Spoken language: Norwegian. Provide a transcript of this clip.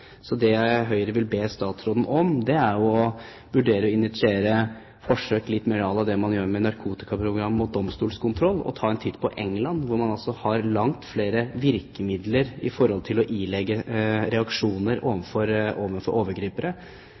Så det Høyre vil be statsråden om, er å vurdere å initiere forsøk litt mer à la det man gjør med narkotikaprogram mot domstolskontroll, og å ta en titt på England, hvor man altså har langt flere virkemidler når det gjelder reaksjoner overfor overgripere. Der har man – vi kommer kanskje litt inn på det i